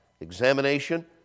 Examination